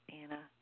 Anna